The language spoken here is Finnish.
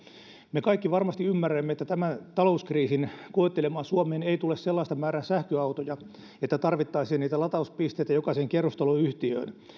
me kaikki varmasti ymmärrämme että tämän talouskriisin koettelemaan suomeen ei tule sellaista määrää sähköautoja että tarvittaisiin niitä latauspistettä jokaiseen kerrostaloyhtiöön